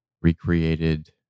recreated